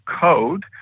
code